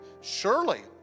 surely